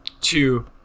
two